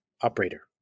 operator